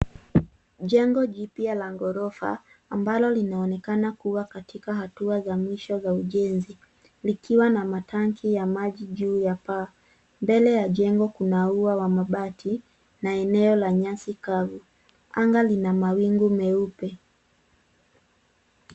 Jengo jipya la ghorofa ambalo linaonekana kuwa katika hatua za mwisho za ujenzi likiwa na matanki ya maji juu ya paa. Mbele ya jengo kuna ua wa mabati na eneo la nyasi kavu. Anga lina mawingu meupe.